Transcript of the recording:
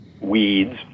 weeds